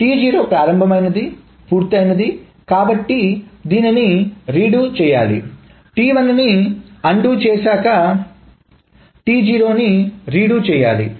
T0 ప్రారంభమైంది పూర్తయింది కాబట్టి దీన్ని రీడు చేయాలి T1 ని అన్డు చేశాక T0 ని రీడు చేయాలి